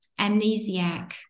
amnesiac